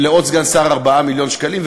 ולעוד סגן שר 4 מיליון שקלים,